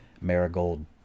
Marigold